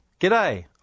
G'day